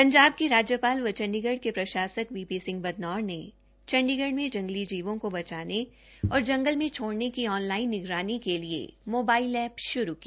पंजाब के राज्यपाल व चंडीगढ़ कें प्रशासक बी पी सिंह बदनौर ने चंडीगढ़ में जंगली जीवों को बचाने और जंगल छोड़ने की ऑन लाइन निगरानी के लिए मोबाइल एप्प श्रू की